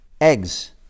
eggs